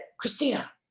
christina